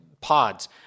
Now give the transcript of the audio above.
pods